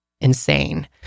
insane